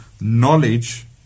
knowledge